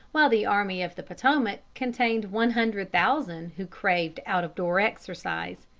while the army of the potomac contained one hundred thousand who craved out-of-door exercise,